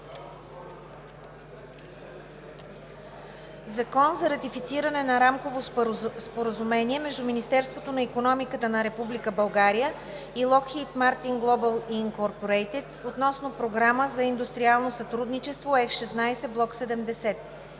„ЗАКОН за ратифициране на Рамково споразумение между Министерството на икономиката на Република България и Lockheed Martin Global INC относно програма за индустриално сътрудничество F-16 блок 70